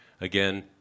Again